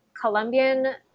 Colombian